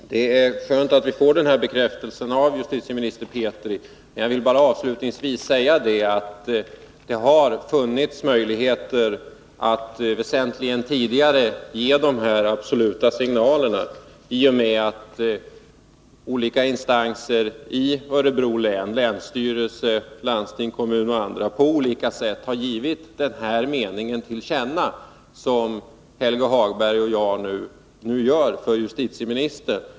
Om lokaliseringen Herr talman! Det är skönt att vi får den här bekräftelsen av justitieminister 4 tingsrätten i Petri. Jag vill avslutningsvis bara säga att det hade funnits möjligheter att Örebro väsentligt tidigare ge de här klara signalerna, nämligen i samband med att olika intressenter i Örebro län — länsstyrelse, kommun, landsting och andra — på olika sätt har givit till känna samma mening som Helge Hagberg och jag nu fört fram till justitieministern.